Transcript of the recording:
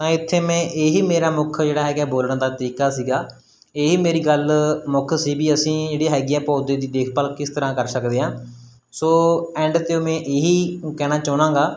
ਤਾਂ ਇੱਥੇ ਮੈਂ ਇਹੀ ਮੇਰਾ ਮੁੱਖ ਜਿਹੜਾ ਹੈਗਾ ਬੋਲਣ ਦਾ ਤਰੀਕਾ ਸੀਗਾ ਇਹੀ ਮੇਰੀ ਗੱਲ ਮੁੱਖ ਸੀ ਵੀ ਅਸੀਂ ਜਿਹੜੀ ਹੈਗੀ ਆ ਪੌਦੇ ਦੀ ਦੇਖਭਾਲ ਕਿਸ ਤਰ੍ਹਾਂ ਕਰ ਸਕਦੇ ਹਾਂ ਸੋ ਐਂਡ 'ਤੇ ਮੈਂ ਇਹੀ ਕਹਿਣਾ ਚਾਹੁੰਦਾ ਗਾ